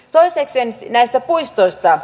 toisekseen näistä puistoista